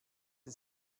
sie